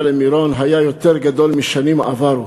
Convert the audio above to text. במירון היה יותר גדול מבשנים עברו.